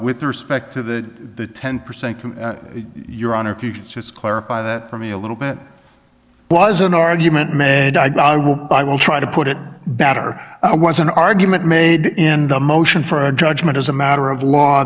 with respect to the ten percent your honor if you could just clarify that for me a little bit was an argument made and i will i will try to put it better i was an argument made in the motion for judgment as a matter of law